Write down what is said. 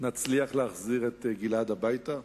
נצליח להחזיר את גלעד הביתה.